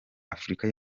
afurika